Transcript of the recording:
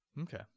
Okay